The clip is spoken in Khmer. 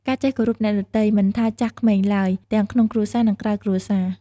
ការចេះគោរពអ្នកដទៃ មិនថាចាស់ក្មេងឡើយ ទាំងក្នុងគ្រួសារ និងក្រៅគ្រួសារ ។